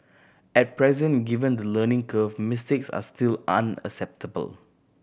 at present given the learning curve mistakes are still an acceptable